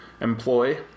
employ